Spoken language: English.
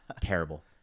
Terrible